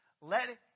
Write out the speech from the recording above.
Let